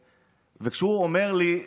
כשהוא אומר לי,